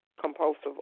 compulsive